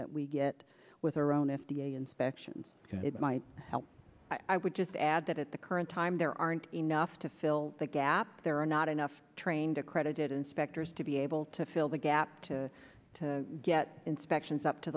that we get with our own f d a inspections might help i would just add that at the current time there aren't enough to fill the gap there are not enough trained accredited inspectors to be able to fill the gap to to get inspections up to